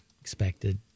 Expected